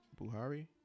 Buhari